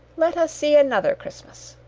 let us see another christmas!